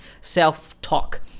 self-talk